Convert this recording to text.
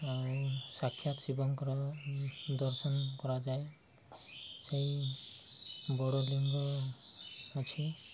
ଆଉ ସାକ୍ଷାତ ଶିବଙ୍କର ଦର୍ଶନ କରାଯାଏ ସେଇ ବଡ଼ ଲିିଙ୍ଗ ଅଛି